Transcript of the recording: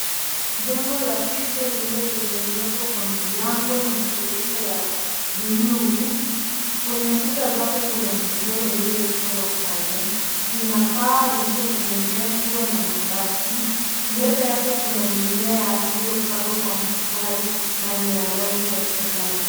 Jengo la shule lililotengenezwa kwa milango na madirisha ya blue . Kwenye kuta zake kuna michoro iliyochorwa pale. Lina paa lililotengenezwa na mabati. Mbele yake kuna mimea iliyopandwa kwa mstari na ni ya rangi ya kijani.